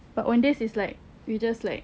but when this is like you just like